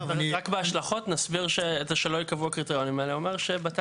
רק בהשלכות נסביר זה שלא ייקבעו הקריטריונים ואני אומר שבתי